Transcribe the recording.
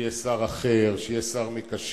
שיהיה שר אחר, שיהיה שר מקשר,